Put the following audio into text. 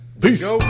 Peace